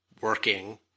working